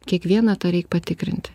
kiekvieną tą reik patikrinti